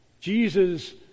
Jesus